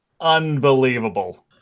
unbelievable